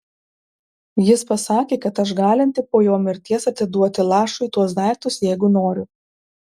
jis pasakė kad aš galinti po jo mirties atiduoti lašui tuos daiktus jeigu noriu